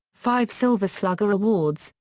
five silver slugger awards,